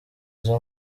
izo